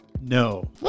no